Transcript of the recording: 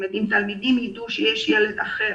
ילדים